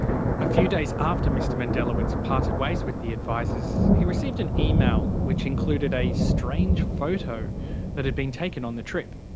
a few days after mr mendelawitz parted ways with the advisers, he received an email which included a strange photo that had been taken on the trip.